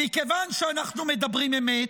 מכיוון שאנחנו מדברים אמת,